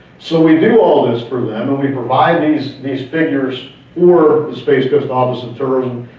so we do all this for them, and we provide these these figures for the space coast office of tourism,